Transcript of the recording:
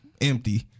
Empty